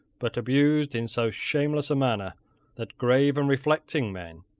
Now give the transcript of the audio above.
but abused in so shameless a manner that grave and reflecting men,